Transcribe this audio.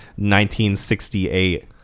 1968